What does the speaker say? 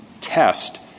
test